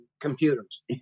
computers